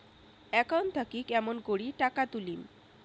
Account থাকি কেমন করি টাকা তুলিম?